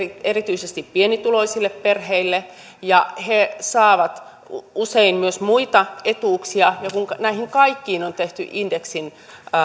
erityisesti pienituloisille perheille ja he saavat usein myös muita etuuksia ja kun näihin kaikkiin on tehty indeksin